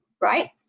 right